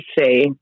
say